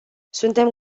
suntem